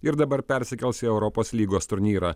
ir dabar persikels į europos lygos turnyrą